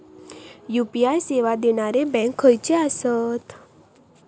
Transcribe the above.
UPI सेवा देणारे bank खयचे आसत?